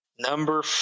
Number